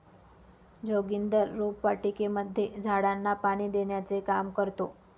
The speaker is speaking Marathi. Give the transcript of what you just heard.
जोगिंदर रोपवाटिकेमध्ये झाडांना पाणी देण्याचे काम करतो